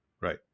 right